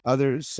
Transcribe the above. Others